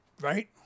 Right